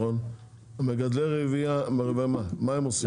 מגדלי רבייה מה הם עושים?